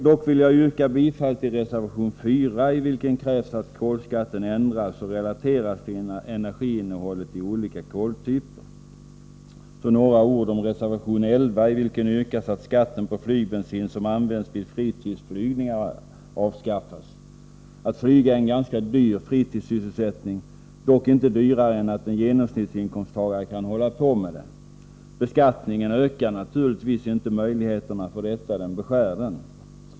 Dock vill jag yrka bifall till reservation 4, i vilken krävs att kolskatten ändras och relateras till energiinnehållet i olika koltyper. Så några ord om reservation 11, i vilken yrkas att skatten på flygbensin som används till fritidsflygningar avskaffas. Att flyga är en ganska dyr fritidssysselsättning, dock inte dyrare än att en genomsnittsinkomsttagare kan hålla på med den. Beskattningen ökar naturligtvis inte möjligheterna för detta utan beskär dem.